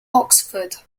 oxford